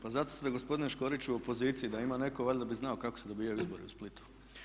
Pa zato ste gospodine Škoriću u opoziciji da ima netko valjda bi znao kako se dobijaju izbori u Splitu.